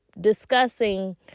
discussing